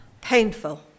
painful